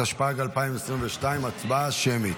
התשפ"ג 2022. הצבעה שמית.